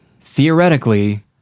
theoretically